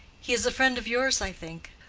he is a friend of yours, i think.